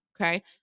Okay